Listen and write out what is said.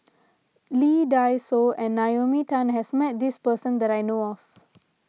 Lee Dai Soh and Naomi Tan has met this person that I know of